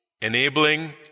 enabling